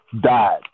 died